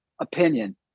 opinion